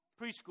preschool